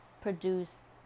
produce